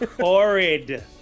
Horrid